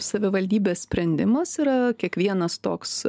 savivaldybės sprendimas yra kiekvienas toks